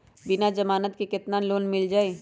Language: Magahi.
बिना जमानत के केतना लोन मिल जाइ?